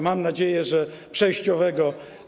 Mam nadzieję, że przejściowego.